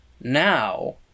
Now